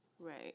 Right